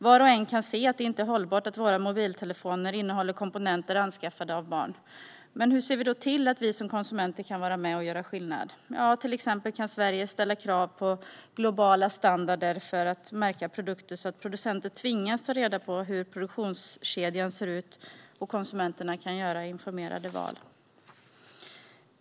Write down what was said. Var och en kan se att det inte är hållbart att våra mobiltelefoner innehåller komponenter anskaffade av barn. Men hur ser vi till att vi som konsumenter kan vara med och göra skillnad? Ja, till exempel kan Sverige ställa krav på globala standarder för märkning av produkter, så att producenter tvingas ta reda på hur produktionskedjan ser ut och konsumenterna kan göra informerade val.